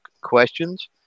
questions